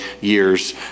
years